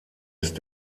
ist